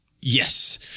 Yes